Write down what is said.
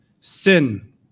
Sin